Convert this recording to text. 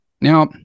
Now